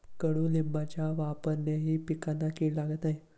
कडुलिंबाच्या वापरानेही पिकांना कीड लागत नाही